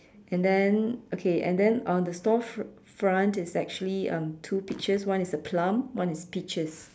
and then okay and then on the store fr~ front is actually um two pictures one is a plum one is peaches